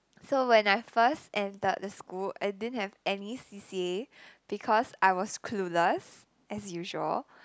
so when I first entered the school I didn't have any c_c_a because I was clueless as usual